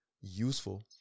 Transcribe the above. useful